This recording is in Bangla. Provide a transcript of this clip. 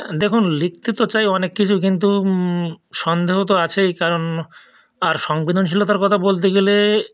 দেখুন লিখতে তো চাই অনেক কিছু কিন্তু সন্দেহ তো আছেই কারণ আর সংবেদনশীলতার কথা বলতে গেলে